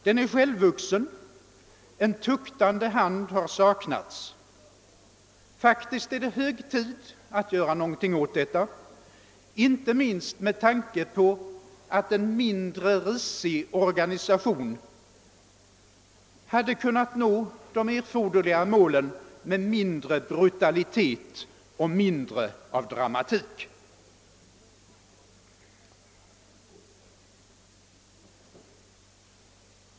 Den är självvuxen — en tuktande hand har saknats. Faktiskt är det hög tid att göra något åt detta, inte minst med tanke på att en mindre risig organisation hade kunnat nå de erforderliga målen med mindre brutalitet och med mindre av dramatik.